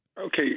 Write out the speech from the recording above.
Okay